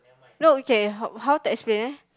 no okay how how to explain eh